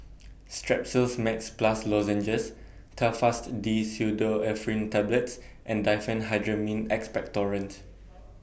Strepsils Max Plus Lozenges Telfast D Pseudoephrine Tablets and Diphenhydramine Expectorant